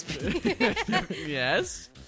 Yes